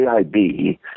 AIB